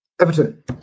Everton